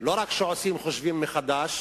לא רק עושים חושבים מחדש